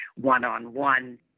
one-on-one